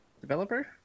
developer